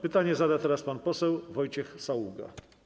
Pytanie zada teraz pan poseł Wojciech Saługa.